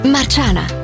Marciana